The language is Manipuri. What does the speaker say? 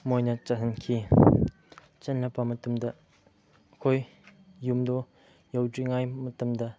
ꯃꯣꯏꯅ ꯆꯠꯍꯟꯈꯤ ꯆꯠꯂꯕ ꯃꯇꯨꯡꯗ ꯑꯩꯈꯣꯏ ꯌꯨꯝꯗꯣ ꯌꯧꯗ꯭ꯔꯤꯉꯥꯏ ꯃꯇꯝꯗ